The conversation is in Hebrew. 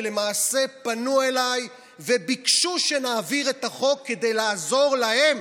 ולמעשה פנו אליי וביקשו שנעביר את החוק כדי לעזור להם